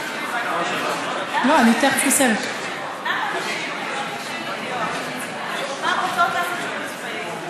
למה נשים דתיות שרובן רוצות לעשות שירות צבאי,